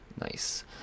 nice